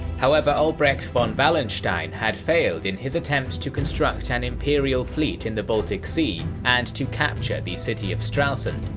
however, albrecht von wallenstein had failed in his attempt to construct an imperial fleet in the baltic sea, and to capture the city of stralsund,